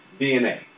DNA